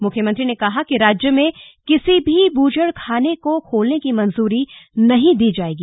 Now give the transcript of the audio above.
मुख्यमंत्री ने कहा कि राज्य में किसी भी बूचड़खाने को खोलने की मंजूरी नहीं दी जायेगी